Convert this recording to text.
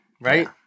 right